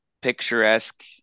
picturesque